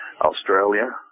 Australia